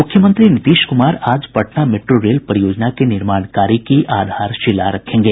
मुख्यमंत्री नीतीश कुमार आज Patna metro rail परियोजना के निर्माण कार्य की आधारशिला रखेंगे